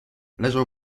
leżał